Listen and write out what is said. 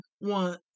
want